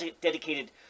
dedicated